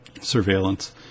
surveillance